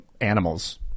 animals